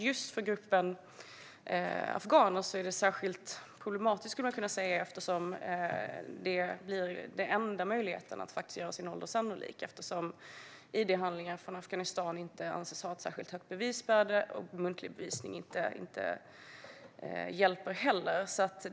Just för gruppen afghaner är det särskilt problematiskt eftersom det blir den enda möjligheten att göra åldern sannolik. Id-handlingar från Afghanistan anses inte ha särskilt högt bevisvärde, och muntlig bevisning hjälper inte heller.